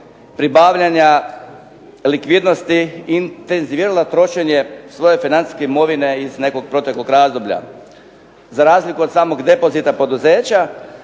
pribavljanja likvidnosti inteziviralo trošenje svoje financijske imovine iz nekog proteklog razdoblja. Za razliku od samog depozita poduzeća